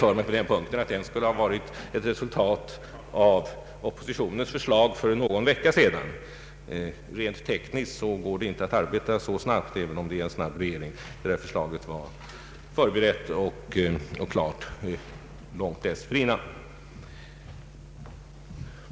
Jag utgår emellertid från att herr Helén måste ha felrefererats på den punkten. Rent tekniskt går det inte att arbeta så snabbt, även om det är en snabb regering. Det här förslaget var förberett och klart långt dessförinnan.